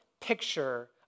picture